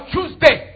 Tuesday